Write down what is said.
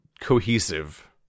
cohesive